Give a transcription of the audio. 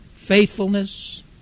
faithfulness